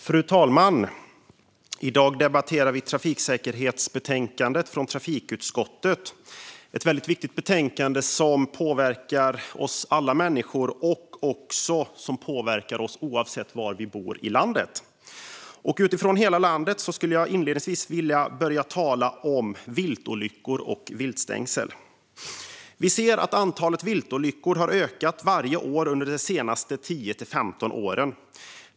Fru talman! Vi debatterar i dag trafiksäkerhetsbetänkandet från trafikutskottet. Det är ett viktigt betänkande som påverkar oss alla, oavsett var i landet vi bor. Utifrån hela landet vill jag inledningsvis tala om viltolyckor och viltstängsel. Vi ser att antalet viltolyckor har ökat varje år de senaste 10-15 åren.